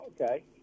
okay